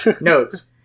Notes